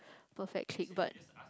perfect team but